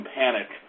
panic